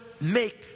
make